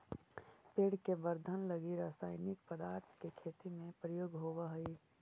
पेड़ के वर्धन लगी रसायनिक पदार्थ के खेती में प्रयोग होवऽ हई